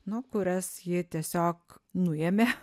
nu kurias ji tiesiog nuėmė